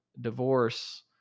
divorce